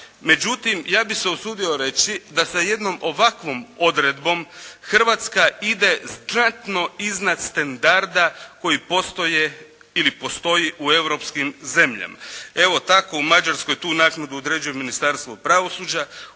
Međutim, ja bih se usudio reći da sa jednom ovakvom odredbom Hrvatska ide znatno iznad standarda koji postoje ili postoji u europskim zemljama. Evo tako u Mađarskoj tu naknadu određuje Ministarstvo pravosuđa,